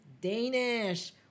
Danish